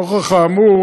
נוכח האמור,